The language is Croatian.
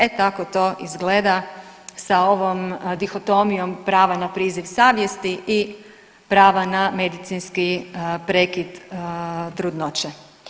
E tako to izgleda sa ovom dihotomijom prava na priziv savjesti i prava na medicinski prekid trudnoće.